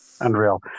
Unreal